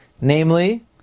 namely